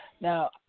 Now